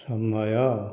ସମୟ